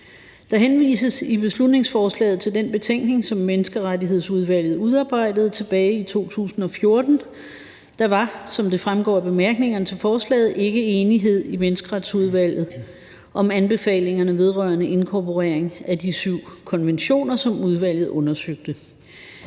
Der henvises i beslutningsforslaget til den betænkning, som Menneskerettighedsudvalget udarbejdede tilbage i 2014. Der var, som det fremgår bemærkningerne til forslaget, ikke enighed i menneskerettighedsudvalget om anbefalingerne vedrørende inkorporering af de syv konventioner, som udvalget undersøgte.